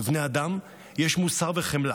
לבני אדם יש מוסר וחמלה,